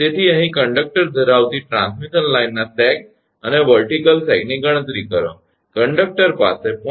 તેથી અહીં કંડક્ટર ધરાવતી ટ્રાન્સમિશન લાઇનના સેગ અને વર્ટિકલ સેગની ગણતરી કરો કંડક્ટર પાસે 0